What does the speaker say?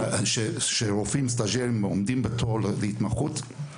כשרופאים סטאז'רים עומדים בתור להתמחות,